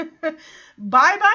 Bye-bye